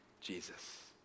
Jesus